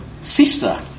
Sister